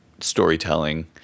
storytelling